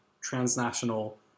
transnational